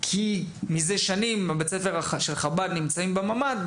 כי בתי ספר של חב"ד נמצאים בממ"ד זה שנים,